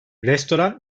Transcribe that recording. restoran